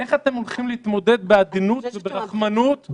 איך אתם הולכים להתמודד בעדינות וברחמנות עם הציבור?